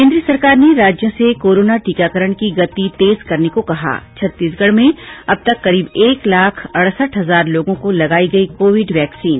केन्द्र सरकार ने राज्यों से कोरोना टीकाकरण की गति तेज करने को कहा छत्तीसगढ़ में अब तक करीब एक लाख अड़सठ हजार लोगों को लगाई गई कोविड वैक्सीन